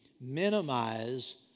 minimize